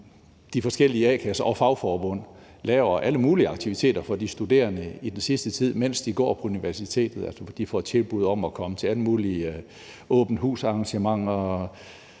de forskellige a-kasser og fagforbund laver alle mulige aktiviteter for de studerende i den sidste tid, mens de går på universitetet. Altså, de får tilbud om at komme til alle mulige åbent hus-arrangementer